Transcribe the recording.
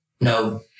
no